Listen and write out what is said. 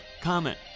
comment